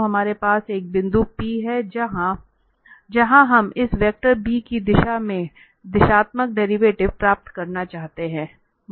तो हमारे पास एक बिंदु P है जहां हम इस वेक्टर b की दिशा में दिशात्मक डेरिवेटिव प्राप्त करना चाहते हैं